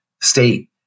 State